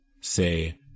say